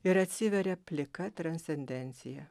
ir atsiveria plika transcendencija